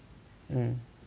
mm